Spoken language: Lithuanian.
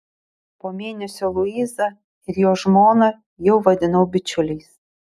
po mėnesio luisą ir jo žmoną jau vadinau bičiuliais